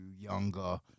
younger